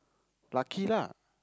lucky lah